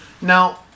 Now